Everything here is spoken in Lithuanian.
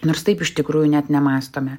nors taip iš tikrųjų net nemąstome